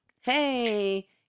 hey